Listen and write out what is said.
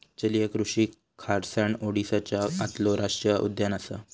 जलीय कृषि खारसाण ओडीसाच्या आतलो राष्टीय उद्यान असा